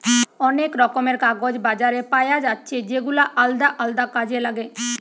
অনেক রকমের কাগজ বাজারে পায়া যাচ্ছে যেগুলা আলদা আলদা কাজে লাগে